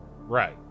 Right